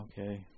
okay